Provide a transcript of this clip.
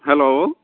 hello